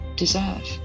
deserve